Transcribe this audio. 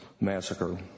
massacre